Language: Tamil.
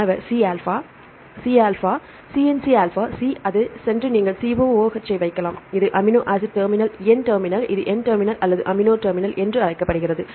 மாணவர் C ஆல்பா C ஆல்பா மாணவர் C C N C alpha C அது சென்று நீங்கள் COOH ஐ வைக்கலாம் இது அமினோ டெர்மினல் N டெர்மினல் இது N டெர்மினல் அல்லது அமினோ டெர்மினல் என்று அழைக்கப்படுகிறது